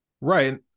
Right